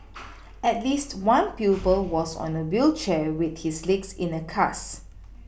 at least one pupil was on a wheelchair with his legs in a cast